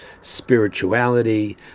spirituality